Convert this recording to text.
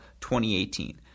2018